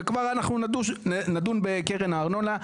וכבר אנחנו נדון בקרן הארנונה,